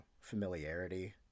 familiarity